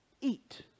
eat